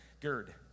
Gird